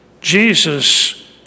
Jesus